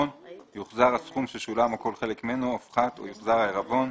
שדבר ראשון,